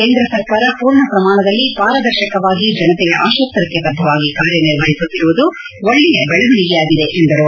ಕೇಂದ್ರ ಸರ್ಕಾರ ಮೂರ್ಣ ಪ್ರಮಾಣದಲ್ಲಿ ಪಾರದರ್ಶಕವಾಗಿ ಜನತೆಯ ಆಶೋತ್ತರಕ್ಕೆ ಬದ್ದವಾಗಿ ಕಾರ್ಯನಿರ್ವಹಿಸುತ್ತಿರುವುದು ಒಳ್ಳೆಯ ಬೆಳವಣಿಗೆಯಾಗಿದೆ ಎಂದರು